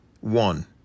one